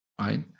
Right